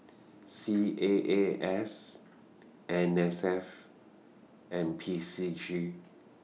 C A A S N S F and P C G